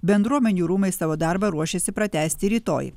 bendruomenių rūmai savo darbą ruošiasi pratęsti rytoj